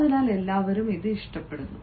അതിനാൽ എല്ലാവരും ഇത് ഇഷ്ടപ്പെടുന്നു